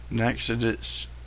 Exodus